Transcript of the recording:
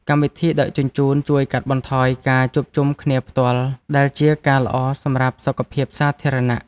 កម្មវិធីដឹកជញ្ជូនជួយកាត់បន្ថយការជួបជុំគ្នាផ្ទាល់ ដែលជាការល្អសម្រាប់សុខភាពសាធារណៈ។